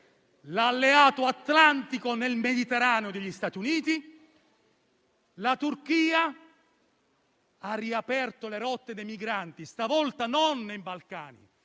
l'alleato atlantico nel Mediterraneo degli Stati Uniti, la Turchia ha riaperto le rotte dei migranti, stavolta non nei Balcani,